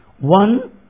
one